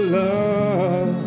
love